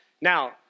Now